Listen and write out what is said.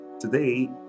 Today